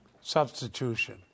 Substitution